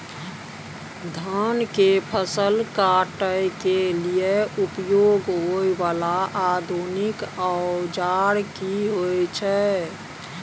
धान के फसल काटय के लिए उपयोग होय वाला आधुनिक औजार की होय छै?